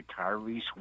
retirees